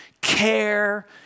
care